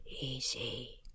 Easy